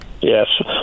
Yes